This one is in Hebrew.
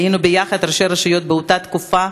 היינו ביחד ראשי רשויות באותה תקופה,